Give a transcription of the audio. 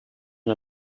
and